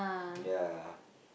yeah